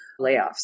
layoffs